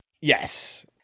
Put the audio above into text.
Yes